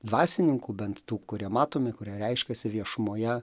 dvasininkų bent tų kurie matomi kurie reiškiasi viešumoje